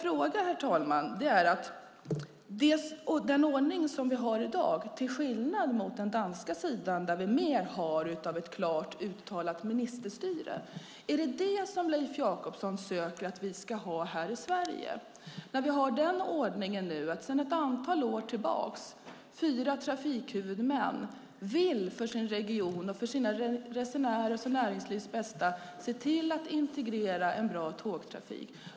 På den danska sidan har vi ett klart uttalat ministerstyre. Är det vad Leif Jakobsson vill att vi ska ha här i Sverige? Här har vi sedan några år tillbaka den ordningen att vi har fyra trafikhuvudmän som för sin regions och sitt näringslivs och sina resenärers bästa vill integrera en bra tågtrafik.